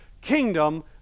kingdom